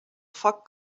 foc